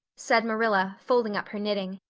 said marilla, folding up her knitting.